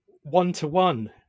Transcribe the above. one-to-one